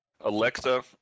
Alexa